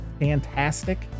fantastic